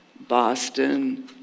Boston